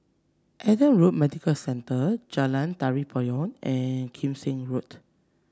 Adam Road Medical Centre Jalan Tari Payong and Kim Seng Road